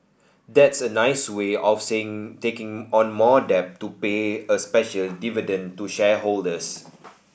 that's a nice way of saying taking on more debt to pay a special dividend to shareholders